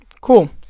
cool